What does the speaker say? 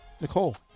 Nicole